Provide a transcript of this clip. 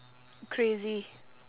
crazy